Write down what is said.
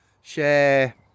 Share